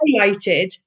highlighted